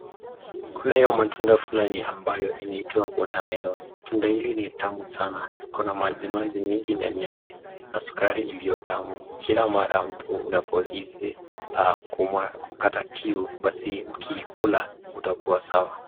Kunayo matunda fulani ambayo inayoitwa watermelon tunda hili ni tamu sana iko maji maji mingi ndani yake na sukari iliyo tamu. Kila mara mtu unapo hisi kukata kiu basi ukikula utakuwa sawa.